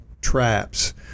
traps